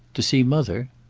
to see mother?